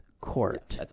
court